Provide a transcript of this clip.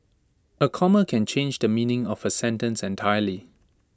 A comma can change the meaning of A sentence entirely